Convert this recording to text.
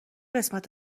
قسمت